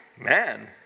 Man